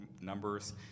numbers